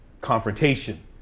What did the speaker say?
confrontation